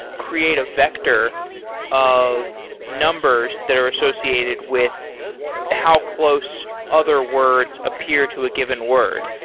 create a vector of numbers that are associated with how close other words appear to a given word.